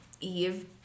eve